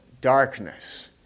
darkness